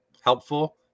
helpful